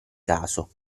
caso